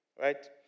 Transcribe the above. right